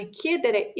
chiedere